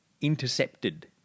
intercepted